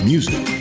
Music